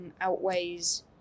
outweighs